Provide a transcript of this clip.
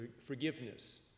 forgiveness